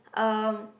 um